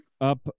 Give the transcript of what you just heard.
up